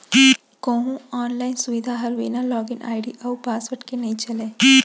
कोहूँ आनलाइन सुबिधा हर बिना लॉगिन आईडी अउ पासवर्ड के नइ चलय